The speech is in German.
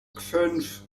fünf